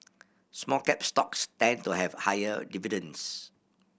small cap stocks tend to have higher dividends